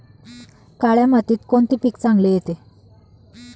काळ्या मातीत कोणते पीक चांगले येते?